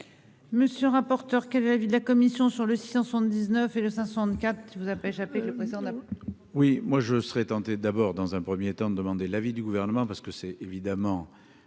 Monsieur rapporteur, quel est l'avis de la commission sur le 679 et le